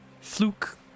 Fluke